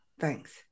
Thanks